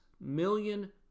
million